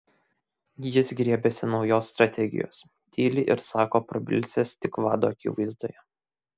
jis griebiasi naujos strategijos tyli ir sako prabilsiąs tik vado akivaizdoje